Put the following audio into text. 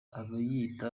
abiyita